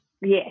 Yes